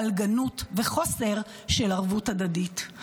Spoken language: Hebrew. פלגנות וחוסר של ערבות הדדית.